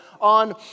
on